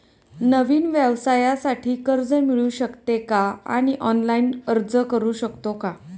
नवीन व्यवसायासाठी कर्ज मिळू शकते का आणि ऑनलाइन अर्ज करू शकतो का?